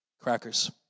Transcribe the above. crackers